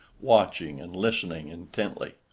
watching and listening intently.